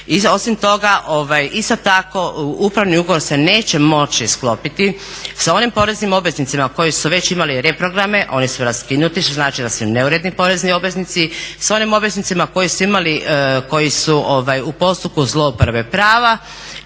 osim toga i da upravni ugovor se neće moći sklopiti sa onim poreznim obveznicima koji su već imali reprograme, oni su raskinuti, što znači da su neuredni porezni obveznici, s onim obveznicima koji su imali, koji su u postupku zlouporabe prava.